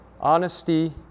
honesty